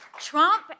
Trump